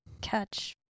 catch